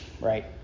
right